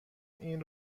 این